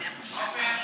מוסי.